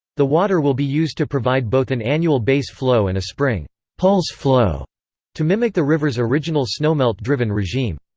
the water will be used to provide both an annual base flow and a spring pulse flow to mimic the river's original snowmelt-driven regime.